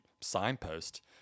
signpost